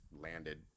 landed